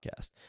podcast